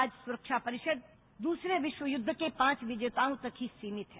आज सुरक्षा परिषद दूसरे विश्व युद्ध के पांच विजेताओं तक ही सीमित है